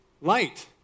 light